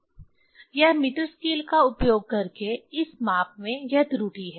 यह एक परिणाम है यह मीटर स्केल का उपयोग करके इस माप में यह त्रुटि है